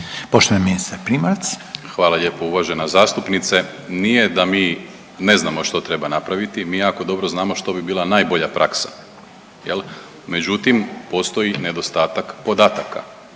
**Primorac, Marko** Hvala lijepa uvažena zastupnice. Nije da mi ne znamo što treba napraviti mi jako dobro znamo što bi bila najbolja praksa jel, međutim postoji nedostatak podataka